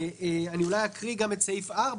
אולי אקרא גם את סעיף 4,